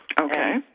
Okay